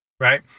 Right